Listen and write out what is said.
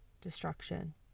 destruction